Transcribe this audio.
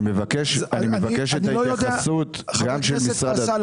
אני מבקש את ההתייחסות גם של משרד הספורט.